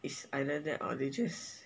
it's either that or they just